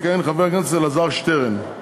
יכהן חבר הכנסת אלעזר שטרן,